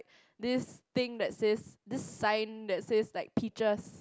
this thing that says this sign that says like peaches